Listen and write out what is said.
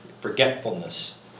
Forgetfulness